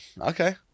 Okay